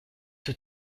tout